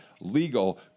legal